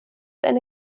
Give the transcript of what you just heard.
eine